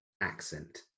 accent